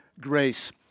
grace